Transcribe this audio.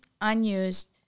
unused